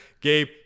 Gabe